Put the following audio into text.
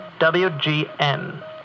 WGN